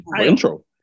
intro